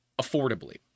affordably